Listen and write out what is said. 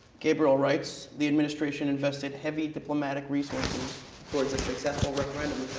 gabriel writes the administration invested heavy diplomatic resources towards a successful